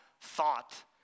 thought